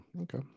Okay